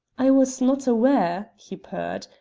i was not aware, he purred,